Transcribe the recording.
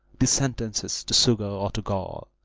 these sentences, to sugar or to gall,